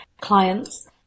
clients